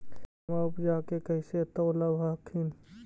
धनमा उपजाके कैसे तौलब हखिन?